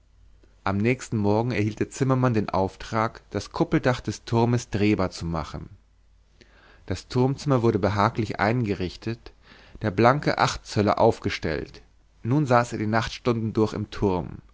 am nächsten morgen erhielt der zimmermann den auftrag das kuppeldach des turmes drehbar zu machen das turmzimmer wurde behaglich eingerichtet der blanke achtzöller aufgestellt nun saß er die nachtstunden durch im turm